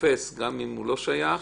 ייתפס גם אם הוא לא שייך,